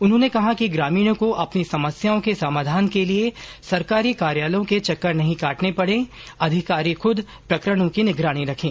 उन्होंने कहा कि ग्रामीणों को अपनी समस्याओं के समाधान के लिए सरकारी कार्यालयों के चक्कर नहीं काटने पडे अधिकारी खुद प्रकरणों की निगरानी रखें